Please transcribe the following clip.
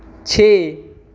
छे